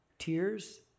Tears